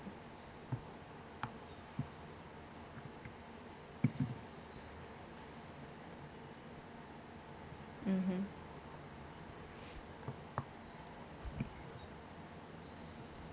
mmhmm